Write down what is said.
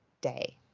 Day